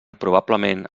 probablement